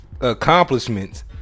accomplishments